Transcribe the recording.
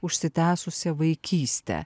užsitęsusią vaikystę